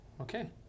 Okay